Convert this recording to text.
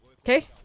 okay